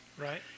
Right